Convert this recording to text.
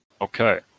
Okay